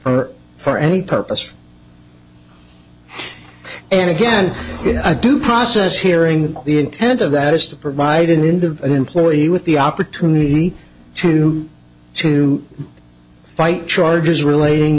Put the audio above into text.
or for any purpose and again a due process hearing the intent of that is to provide in india and employee with the opportunity to to fight charges relating